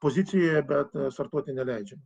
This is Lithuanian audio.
pozicijoje bet startuoti neleidžiam